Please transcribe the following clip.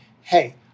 hey